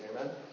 Amen